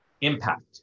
impact